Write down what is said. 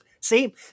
see